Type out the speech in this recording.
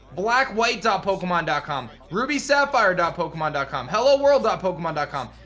blackwhite ah pokemon and com, rubysapphire and pokemon and com, helloworld ah pokemon and com.